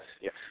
yes